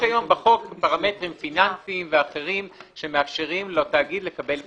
יש היום בחוק פרמטרים פיננסיים ואחרים שמאפשרים לתאגיד לקבל פטור.